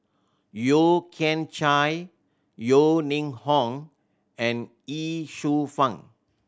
Yeo Kian Chai Yeo Ning Hong and Ye Shufang